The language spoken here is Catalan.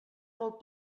molt